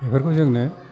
बेफोरखौ जोंनो